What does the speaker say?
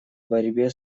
борьбе